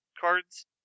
cards